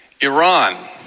Iran